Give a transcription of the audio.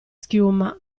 schiuma